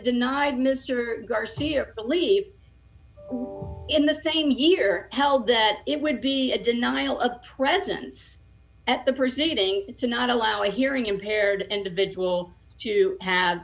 denied mr garcia believe in the same year held that it would be a denial of presence at the proceeding to not allow a hearing impaired individual to have